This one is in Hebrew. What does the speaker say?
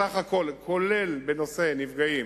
בסך הכול, גם בנושא נפגעים